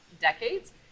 decades